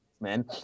man